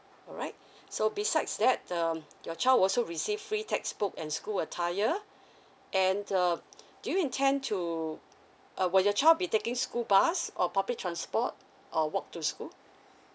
alright so besides that um your child also receive free textbook and school attire and uh do you intend to uh will your child be taking school bus or public transport or walk to school